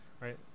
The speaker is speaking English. right